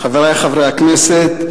חברי חברי הכנסת,